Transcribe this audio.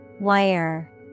Wire